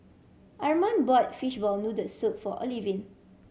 Arman bought fishball noodle soup for Olivine